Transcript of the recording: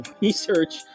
Research